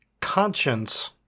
conscience-